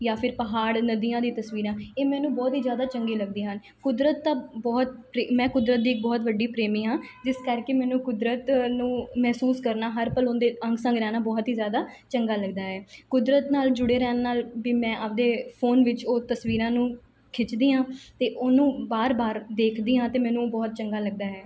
ਜਾਂ ਫਿਰ ਪਹਾੜ ਨਦੀਆਂ ਦੀ ਤਸਵੀਰਾਂ ਇਹ ਮੈਨੂੰ ਬਹੁਤ ਹੀ ਜ਼ਿਆਦਾ ਚੰਗੇ ਲੱਗਦੇ ਹਨ ਕੁਦਰਤ ਤਾਂ ਬਹੁਤ ਪ੍ਰੇ ਮੈਂ ਕੁਦਰਤ ਦੀ ਬਹੁਤ ਵੱਡੀ ਪ੍ਰੇਮੀ ਹਾਂ ਜਿਸ ਕਰਕੇ ਮੈਨੂੰ ਕੁਦਰਤ ਨੂੰ ਮਹਿਸੂਸ ਕਰਨਾ ਹਰ ਪਲ ਉਹਦੇ ਅੰਗ ਸੰਗ ਰਹਿਣਾ ਬਹੁਤ ਹੀ ਜ਼ਿਆਦਾ ਚੰਗਾ ਲੱਗਦਾ ਹੈ ਕੁਦਰਤ ਨਾਲ ਜੁੜ੍ਹੇ ਰਹਿਣ ਨਾਲ ਵੀ ਮੈਂ ਆਪਦੇ ਫੋਨ ਵਿੱਚ ਉਹ ਤਸਵੀਰਾਂ ਨੂੰ ਖਿੱਚਦੀ ਹਾਂ ਅਤੇ ਉਹਨੂੰ ਬਾਰ ਬਾਰ ਦੇਖਦੀ ਹਾਂ ਅਤੇ ਮੈਨੂੰ ਉਹ ਬਹੁਤ ਚੰਗਾ ਲਗਦਾ ਹੈ